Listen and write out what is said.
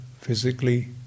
physically